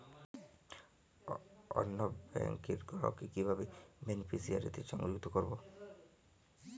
অন্য ব্যাংক র গ্রাহক কে কিভাবে বেনিফিসিয়ারি তে সংযুক্ত করবো?